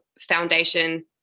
foundation